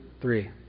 three